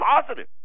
positive